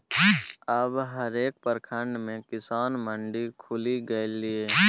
अब हरेक प्रखंड मे किसान मंडी खुलि गेलै ये